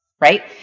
right